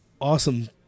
awesome